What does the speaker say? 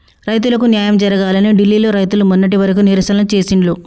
రైతులకు న్యాయం జరగాలని ఢిల్లీ లో రైతులు మొన్నటి వరకు నిరసనలు చేసిండ్లు